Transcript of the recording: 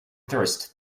thirst